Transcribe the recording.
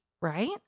right